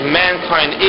mankind